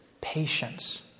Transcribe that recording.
patience